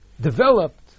developed